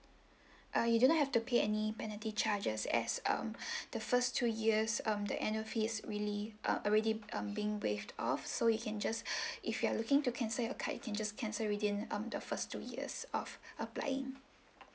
uh you do not have to pay any penalty charges as um the first two years um the annual fee is really uh already um being waived off so you can just if you're looking to cancel your card you can just cancel within um the first two years of applying